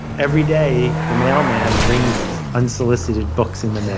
every day the mailman brings unsolicited books in the mail.